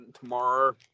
tomorrow